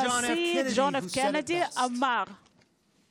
(מחיאות כפיים) הנשיא ג'ון פ' קנדי הוא שאמר זאת הכי טוב: